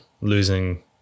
losing